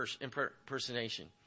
impersonation